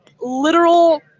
literal